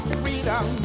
freedom